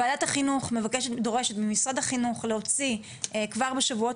ועדת החינוך דורשת ממשרד החינוך להוציא כבר בשבועות